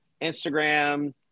Instagram